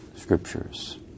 scriptures